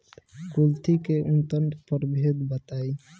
कुलथी के उन्नत प्रभेद बताई?